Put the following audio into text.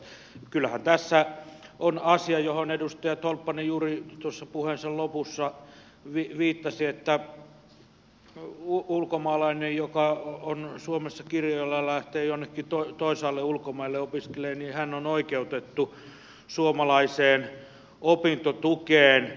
mutta kyllähän tässä on asia johon edustaja tolppanen juuri puheensa lopussa viittasi että ulkomaalainen joka on suomessa kirjoilla ja lähtee jonnekin toisaalle ulkomaille opiskelemaan on oikeutettu suomalaiseen opintotukeen